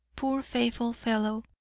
poor faithful fellow,